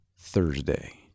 Thursday